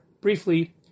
briefly